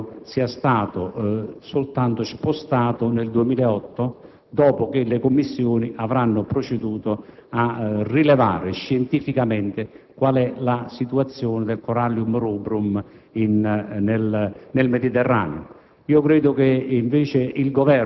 credo che il problema sia stato soltanto spostato al 2008, dopo che le Commissioni avranno proceduto a rilevare scientificamente quale sia la situazione del *corallium rubrum* nel Mediterraneo.